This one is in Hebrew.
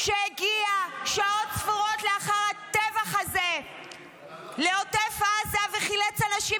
שהגיע שעות ספורות לאחר הטבח הזה לעוטף עזה וחילץ אנשים